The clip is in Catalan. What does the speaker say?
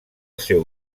seu